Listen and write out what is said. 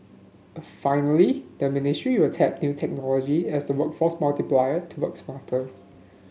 finally the ministry will tap new technology as a workforce multiplier to work smarter